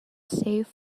save